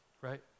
Right